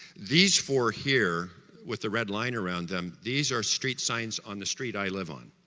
these four here with the red line around them these are street signs on the street i live on